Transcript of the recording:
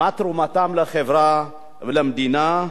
מה תרומתם לחברה ולמדינה?